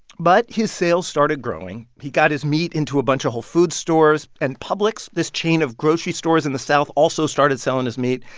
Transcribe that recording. but his sales started growing. he got his meat into a bunch of whole foods stores, and publix, this chain of grocery stores in the south, also started selling his meat.